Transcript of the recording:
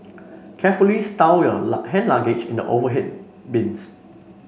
carefully stow your hand luggage in the overhead bins